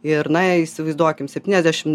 ir na įsivaizduokim septyniasdešim